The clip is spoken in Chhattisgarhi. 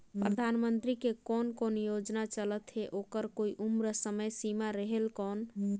परधानमंतरी के कोन कोन योजना चलत हे ओकर कोई उम्र समय सीमा रेहेल कौन?